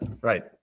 right